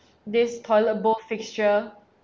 this toilet bowl fixture